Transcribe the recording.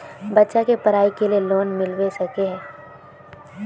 बच्चा के पढाई के लिए लोन मिलबे सके है?